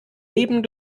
leben